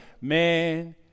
Man